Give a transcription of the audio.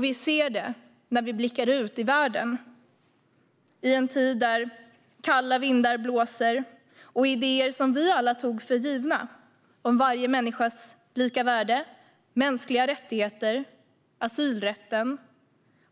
Vi ser det även när vi blickar ut i världen i en tid när kalla vindar blåser. Idéer som vi tog för givna - varje människas lika värde, mänskliga rättigheter, asylrätten